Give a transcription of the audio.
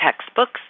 textbooks